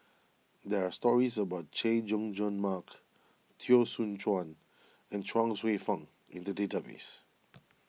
there are stories about Chay Jung Jun Mark Teo Soon Chuan and Chuang Hsueh Fang in the database